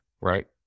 right